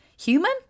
human